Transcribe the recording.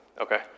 Okay